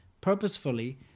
purposefully